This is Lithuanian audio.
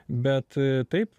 bet taip